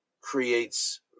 creates